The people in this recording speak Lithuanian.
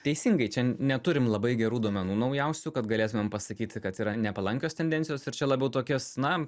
teisingai čia neturim labai gerų duomenų naujausių kad galėtumėm pasakyti kad yra nepalankios tendencijos ir čia labiau tokios na